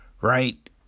Right